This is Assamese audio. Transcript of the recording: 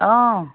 অ'